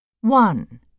one